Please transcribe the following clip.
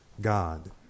God